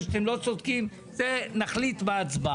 שאתם לא צודקים; את זה נחליט בהצבעה.